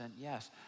yes